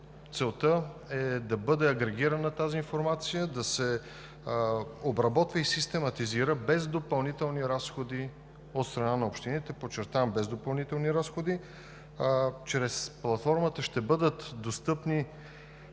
платформа да бъде агрегирана тази информация, да се обработва и систематизира без допълнителни разходи от страна на общините, подчертавам, без допълнителни разходи. Чрез платформата ще бъдат достъпни